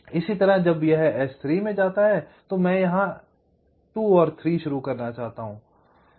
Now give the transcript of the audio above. इसी तरह जब यह S3 में जाता है तो मैं यहां 2 और 3 शुरू करना चाहता हूं